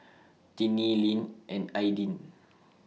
Tinnie Linn and Aidyn